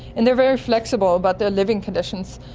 and they're very flexible about their living conditions.